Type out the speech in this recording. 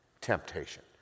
temptation